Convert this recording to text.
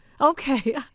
Okay